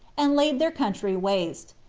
and laid their country waste,